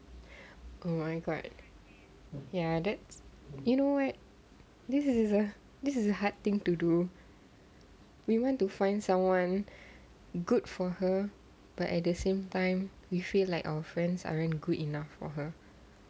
oh my god ya that's you know what this is is a this is a hard thing to do we want to find someone good for her but at the same time we feel like our friends aren't good enough for her